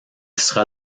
sera